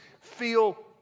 feel